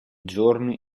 giorni